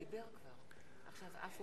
אין מקום